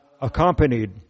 accompanied